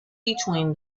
between